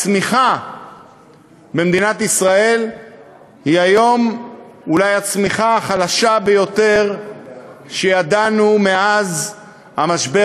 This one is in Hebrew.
הצמיחה במדינת ישראל היא היום אולי הצמיחה החלשה ביותר שידענו מאז המשבר